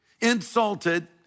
insulted